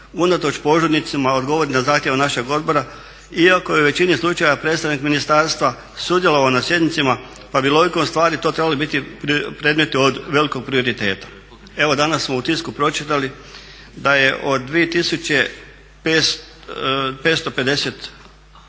unatoč požurnicama odgovori na zahtjeve našeg Odbora, iako je u većini slučajeva predstavnik ministarstva sudjelovao na sjednicama, pa bi logikom stvari to trebali biti predmeti od velikog prioriteta. Evo danas smo u tisku pročitali da je od 2000.